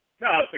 No